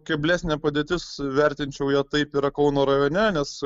keblesnė padėtis vertinčiau ją taip yra kauno rajone nes